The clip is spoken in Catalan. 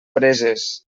preses